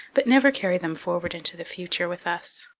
but never carry them forward into the future with us.